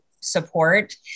support